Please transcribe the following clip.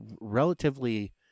relatively